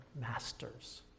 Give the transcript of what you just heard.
masters